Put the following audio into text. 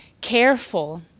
careful